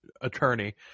attorney